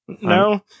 no